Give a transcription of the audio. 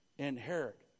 inherit